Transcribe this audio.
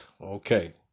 okay